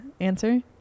answer